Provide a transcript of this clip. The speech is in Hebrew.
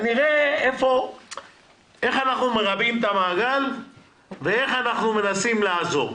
נראה איך אנחנו מרבעים את המעגל ואיך אנחנו מנסים לעזור.